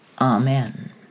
Amen